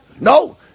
No